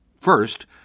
First